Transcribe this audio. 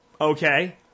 Okay